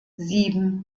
sieben